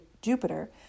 Jupiter